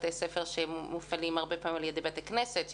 בתי ספר שמופעלים הרבה פעמים על ידי בתי כנסת,